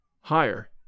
higher